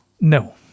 No